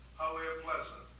however pleasant.